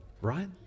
Right